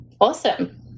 awesome